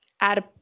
add